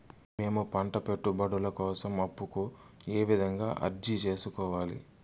మేము పంట పెట్టుబడుల కోసం అప్పు కు ఏ విధంగా అర్జీ సేసుకోవాలి?